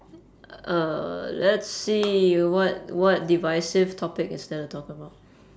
uh let's see what what divisive topic is there to talk about